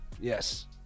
Yes